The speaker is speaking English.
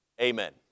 Amen